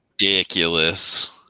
ridiculous